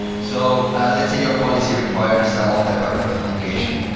so let's your policy requires some multifactor authentication.